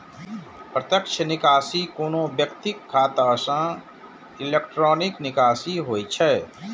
प्रत्यक्ष निकासी कोनो व्यक्तिक खाता सं इलेक्ट्रॉनिक निकासी होइ छै